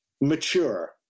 mature